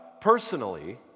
personally